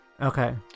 Okay